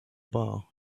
bar